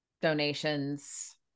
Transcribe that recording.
donations